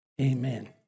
amen